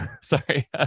Sorry